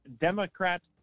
Democrats